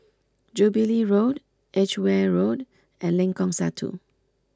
Jubilee Road Edgware Road and Lengkong Satu